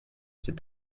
c’est